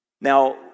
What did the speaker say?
Now